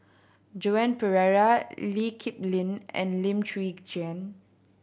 Joan Pereira Lee Kip Lin and Lim Chwee Chian